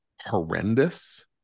horrendous